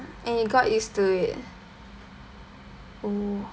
and you got used to it oh